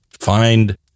find